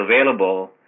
available